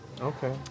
Okay